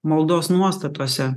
maldos nuostatose